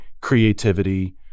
creativity